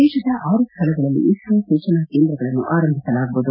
ದೇಶದ ಆರು ಸ್ಥಳಗಳಲ್ಲಿ ಇಸ್ತೋ ಸೂಚನಾ ಕೇಂದ್ರಗಳನ್ನು ಆರಂಭಿಸಲಾಗುವುದು